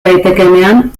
daitekeenean